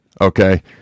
okay